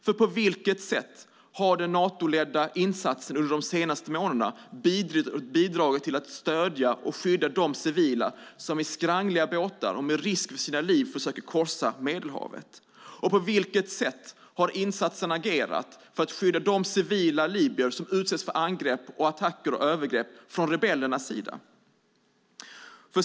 För på vilket sätt har den Natoledda insatsen under de senaste månaderna bidragit till att stödja och skydda de civila som i skrangliga båtar och med risk för sina liv försöker korsa Medelhavet? Och på vilket sätt har insatsen agerat för att skydda de civila libyer som utsätts för angrepp, attacker och övergrepp från rebellernas sida?